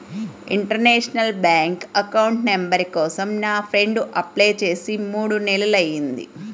international bank account number కోసం నా friend apply చేసి మూడు నెలలయ్యింది